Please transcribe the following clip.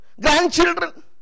Grandchildren